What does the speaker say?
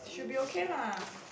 should be okay lah